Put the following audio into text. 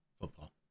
football